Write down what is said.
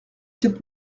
quatre